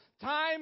time